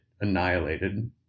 annihilated